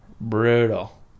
brutal